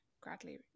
gradually